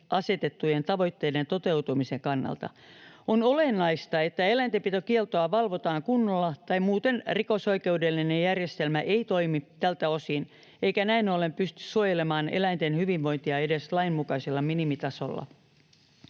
asetettujen tavoitteiden toteutumisen kannalta, on olennaista, että eläintenpitokieltoa valvotaan kunnolla, tai muuten rikosoikeudellinen järjestelmä ei toimi tältä osin eikä näin ollen pysty suojelemaan eläinten hyvinvointia edes lain mukaisella minimitasolla.